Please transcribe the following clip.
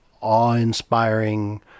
awe-inspiring